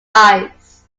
eyes